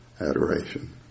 adoration